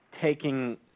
taking